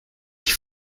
die